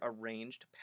arranged